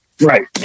right